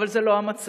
אבל זה לא המצב.